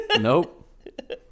Nope